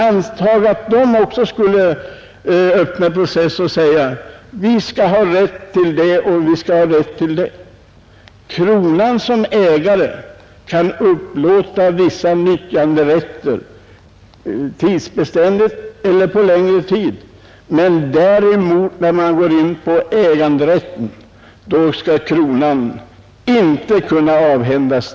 Antag att de också skulle öppna process och säga: ”Vi skall ha rätt till det och vi skall ha rätt till det.” Kronan som ägare kan upplåta vissa nyttjanderätter beständigt eller för begränsad tid, men äganderätten skall kronan inte kunna avhändas.